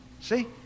See